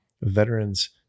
veterans